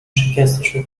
شکستشو